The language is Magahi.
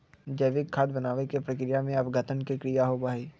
जैविक खाद बनावे के प्रक्रिया में अपघटन के क्रिया होबा हई